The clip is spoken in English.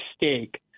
mistake